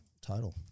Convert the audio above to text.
total